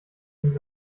sind